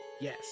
Yes